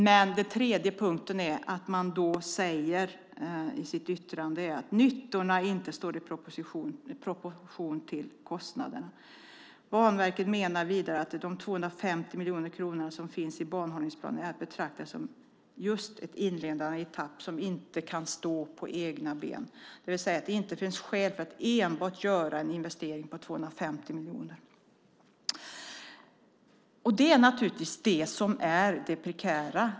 Den tredje punkten är att man säger i sitt yttrande att nyttorna inte står i proportion till kostnaderna. Banverket menar vidare att de 250 miljoner kronorna som finns i banhållningsplanen är att betrakta som just en inledande etapp som inte kan stå på egna ben. Det finns alltså inte skäl för att enbart göra en investering på 250 miljoner. Det är naturligtvis det som är det prekära.